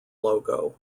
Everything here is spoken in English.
logo